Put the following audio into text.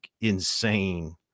insane